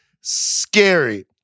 scary